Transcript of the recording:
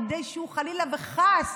כדי שהוא חלילה וחס